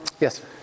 Yes